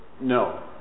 No